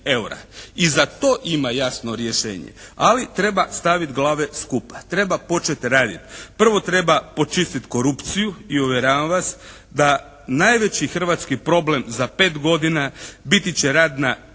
I za to ima jasno rješenje. Ali treba stavit glave skupa. Treba početi raditi. Prvo treba počistit korupciju i uvjeravam vas da najveći hrvatski problem za pet godina biti će radna snaga